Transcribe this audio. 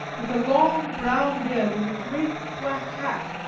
with a long brown beard and a great black hat,